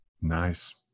Nice